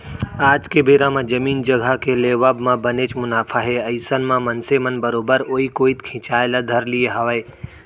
आज के बेरा म जमीन जघा के लेवब म बनेच मुनाफा हे अइसन म मनसे मन बरोबर ओइ कोइत खिंचाय ल धर लिये हावय